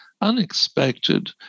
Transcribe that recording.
unexpected